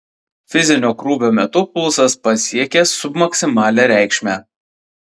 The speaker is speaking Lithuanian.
fizinio krūvio metu pulsas pasiekė submaksimalią reikšmę